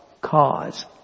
cause